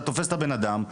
אתה תופס את הבן-אדם,